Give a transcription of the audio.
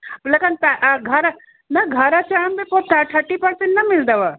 लेकिनि तव्हां घरु न घरु अचण में पोइ त थर्टी पर्सेंट न मिलंदव